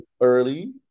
early